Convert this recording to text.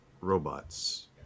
robots